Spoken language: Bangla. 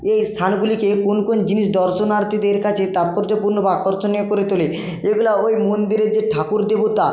এই স্থানগুলিকে কোন কোন জিনিস দর্শনার্থীদের কাছে তাৎপর্যপূর্ণ বা আকর্ষণীয় করে তোলে এগুলো ওই মন্দিরের যে ঠাকুর দেবতা